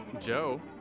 Joe